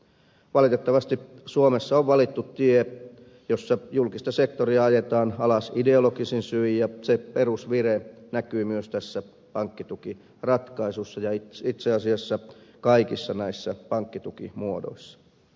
valitettavasti suomessa on valittu tie jossa julkista sektoria ajetaan alas ideologisin syin ja se perusvire näkyy myös tässä pankkitukiratkaisussa ja itse asiassa kaikissa näissä pankkitukimuodoissa